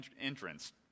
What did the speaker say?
entrance